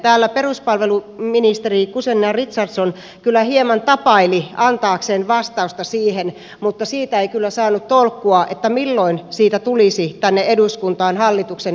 täällä peruspalveluministeri guzenina richardson kyllä hieman tapaili antaakseen vastausta siihen mutta siitä ei kyllä saanut tolkkua milloin siitä tulisi tänne eduskuntaan hallituksen esitys